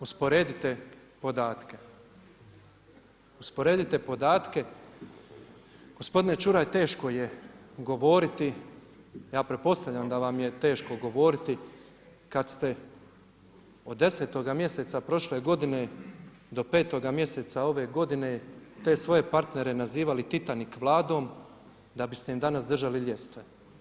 Usporedite podatke, gospodine Čuraj, teško je govoriti, ja pretpostavljam da vam je teško govoriti kad ste od 10. mjeseca prošle godine do 5. mjeseca ove godine te svoje partnere nazivali „Titanik Vladom“, da bi ste im danas držali ljestve.